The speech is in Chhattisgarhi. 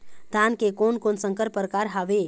धान के कोन कोन संकर परकार हावे?